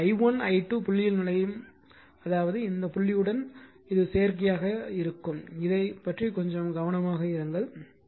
ஏனெனில் i1 i2 புள்ளியில் நுழையும் அதாவது இந்த புள்ளியுடன் உடன் இது சேர்க்கையாக இருக்கும் இதைப் பற்றி கொஞ்சம் கவனமாக இருங்கள்